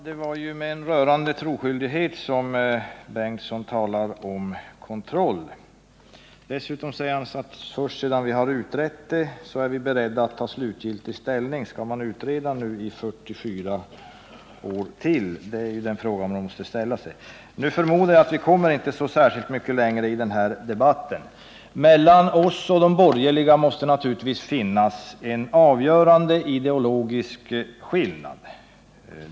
Herr talman! Det var med en rörande troskyldighet som Hugo Bengtsson talade om kontroll. Dessutom säger han att de först sedan de utrett frågan är beredda att ta slutlig ställning. Skall de nu utreda i 44 år till? Det är den fråga som man måste ställa sig. Jag förmodar att vi inte kommer så särskilt mycket längre i den här debatten. Mellan oss och de borgerliga måste det naturligtvis finnas en avgörande ideologisk skillnad.